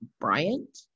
Bryant